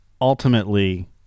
Ultimately